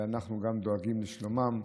ואנחנו גם דואגים לשלומם.